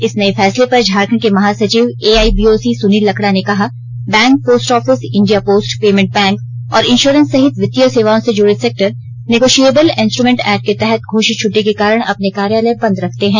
इस नये फैसले पर झाखंड के महासचिव एआइबीओसी सुनील लकड़ा ने कहा bank post office India Post Payment Bank और इंश्योरेन्स सहित वित्तीय सेवाओं से जुड़े सेक्टर नेगोशिएबल इंस्ट्रूमेंट एक्ट के तहत घोषित छुट्टी के कारण अपने कार्यालय बंद रखते हैं